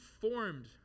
formed